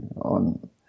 on